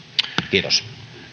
kiitos